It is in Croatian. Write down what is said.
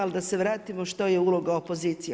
Ali da se vratimo što je uloga opozicije.